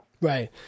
Right